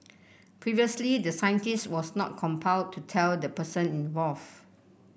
previously the scientist was not compelled to tell the person involve